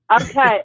Okay